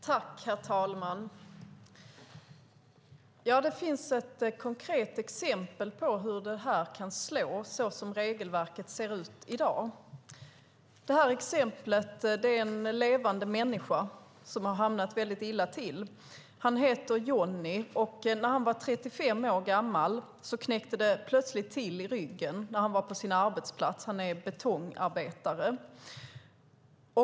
Herr talman! Det finns ett konkret exempel på hur detta kan slå så som regelverket ser ut i dag. Exemplet är en levande människa som har råkat väldigt illa ut. Han heter Johnny. När han var 35 år gammal knäckte det plötsligt till i ryggen när han var på sin arbetsplats - han är betongarbetare.